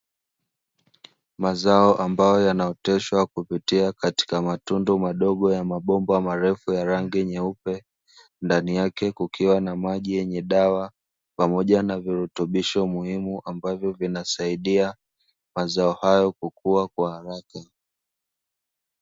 Mazao ambayo yanaoteshwa kupitia katika matundu madogo ya mabomba marefu ya rangi nyeupe, ndani yake kukiwa na maji yenye dawa pamoja na virutubisho muhimu, ambavyo vinasaidia mazao hayo kukua kwa haraka.